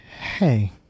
Hey